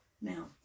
Now